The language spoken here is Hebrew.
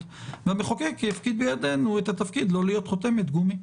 והמחוקק הפקיד בידינו את התפקיד לא להיות חותמת גומי.